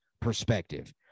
perspective